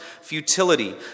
futility